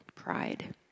pride